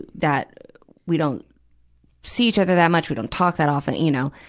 that we don't see each other that much, we don't talk that often, you know.